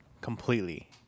completely